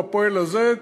הפועל הזה,